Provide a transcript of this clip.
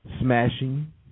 smashing